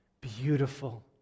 beautiful